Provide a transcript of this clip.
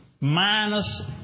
minus